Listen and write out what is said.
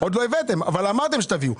עוד לא הבאתם אבל אמרתם שתביאו.